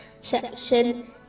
section